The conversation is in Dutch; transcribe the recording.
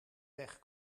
weg